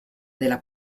della